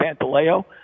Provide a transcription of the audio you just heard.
Pantaleo